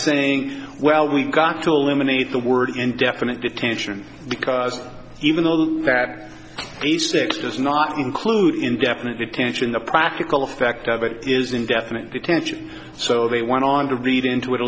saying well we've got to eliminate the word indefinite detention because even though these six does not include indefinite detention the practical effect of it is indefinite detention so they went on to read into it a